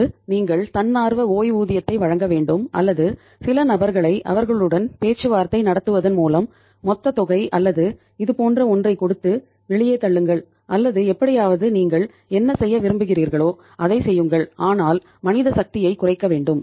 ஒன்று நீங்கள் தன்னார்வ ஓய்வூதியத்தை வழங்க வேண்டும் அல்லது சில நபர்களை அவர்களுடன் பேச்சுவார்த்தை நடத்துவதன் மூலம் மொத்த தொகை அல்லது இது போன்ற ஒன்றைக் கொடுத்து வெளியே தள்ளுங்கள் அல்லது எப்படியாவது நீங்கள் என்ன செய்ய விரும்புகிறீர்களோ அதைச் செய்யுங்கள் ஆனால் மனித சக்தியைக் குறைக்க வேண்டும்